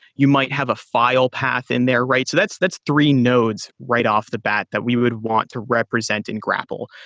you might have a file path in there, right? so that's that's three nodes right off the bat that we would want to represent in grapl.